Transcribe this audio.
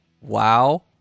Wow